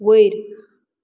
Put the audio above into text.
वयर